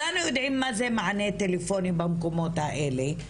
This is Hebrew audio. וכולנו יודעים מה זה מענה טלפוני במקומות האלה,